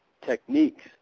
techniques